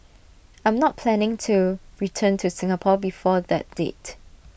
I'm not planning to return to Singapore before that date